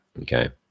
okay